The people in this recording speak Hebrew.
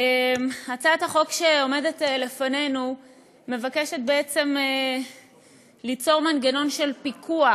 הצעת החוק שעומדת לפנינו מבקשת ליצור מנגנון של פיקוח